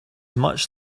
much